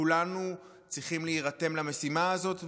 כולנו צריכים להירתם למשימה הזאת.